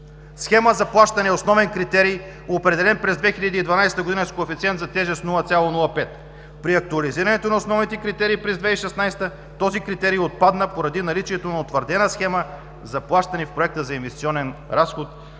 Схема за плащане – основен критерий, определен през 2012 г. с коефициент за тежест 0,05. „При актуализирането на основните критерии през 2016 г. този критерий отпадна поради наличието на утвърдена схема за плащане в Проекта за инвестиционен разход,